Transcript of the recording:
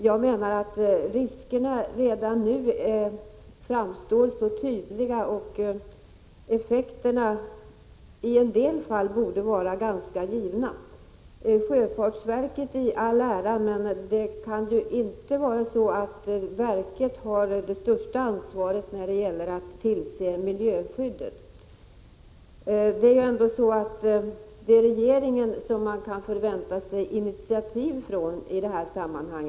Jag menar att riskerna redan nu framstår så tydliga att effekterna i en del fall borde vara ganska givna. Sjöfartsverket i all ära, men det kan inte vara så att verket har det största ansvaret när det gäller att tillse miljöskyddet. Det är ändå regeringen man skall förvänta sig initiativ från i detta sammanhang.